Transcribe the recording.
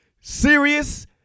serious